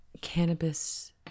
cannabis